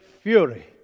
fury